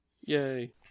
Yay